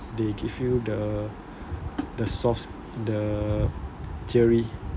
they give you the the source the theory